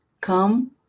come